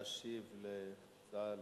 להשיב על הצעת